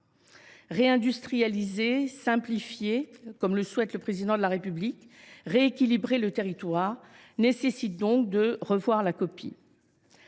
Réindustrialiser, simplifier – comme le souhaite le Président de la République –, rééquilibrer le territoire, ces ambitions nécessitent donc de revoir la copie.